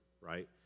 right